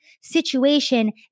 situation